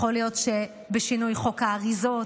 יכול להיות שבשינוי חוק האריזות,